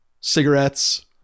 cigarettes